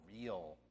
real